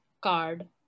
card